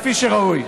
כפי שראוי.